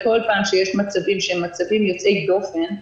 כל פעם שיש מצבים שהם מצבים יוצאי דופן,